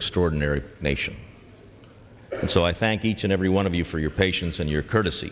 extraordinary nation so i thank each and every one of you for your patience and your courtesy